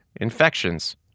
infections